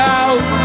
out